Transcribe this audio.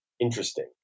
interesting